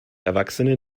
erwachsene